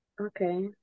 okay